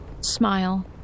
smile